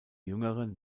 jüngere